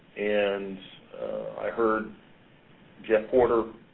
and i heard jeff porter,